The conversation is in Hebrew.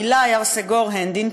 עילאי הרסגור-הנדין,